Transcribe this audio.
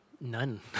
None